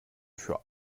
für